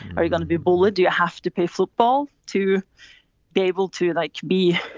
are you gonna be bullied? you have to play football to be able to like be